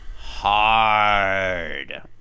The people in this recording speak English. hard